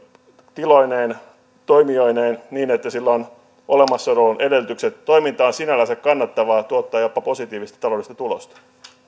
tiloineen ja toimijoineen niin että sillä on olemassaolon edellytykset toiminta on sinällänsä kannattavaa tuottaa jopa positiivista taloudellista tulosta